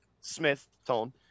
Smith-Tone